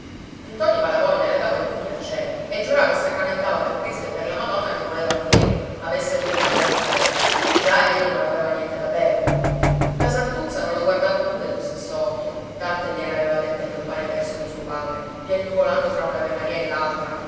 baracca ntoni malavoglia levava i pugni al cielo e giurava e sacramentava per cristo e per la madonna che voleva finirla avesse dovuto andare in galera già egli non aveva niente da perdere la santuzza non lo guardava più dello stesso occhio tante gliene aveva dette quel paneperso di suo padre piagnucolando fra un'avemaria e